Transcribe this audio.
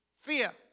Fear